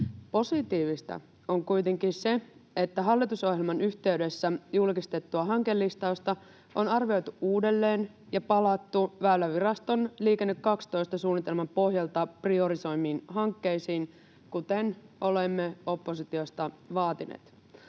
Positiivista on kuitenkin se, että hallitusohjelman yhteydessä julkistettua hankelistausta on arvioitu uudelleen ja palattu Väyläviraston Liikenne 12 ‑suunnitelman pohjalta priorisoimiin hankkeisiin, kuten olemme oppositiosta vaatineet.